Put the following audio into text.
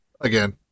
Again